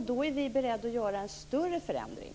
Då är vi beredda att göra en större förändring.